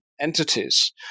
entities